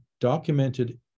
documented